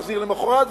מחזיר למחרת,